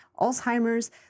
Alzheimer's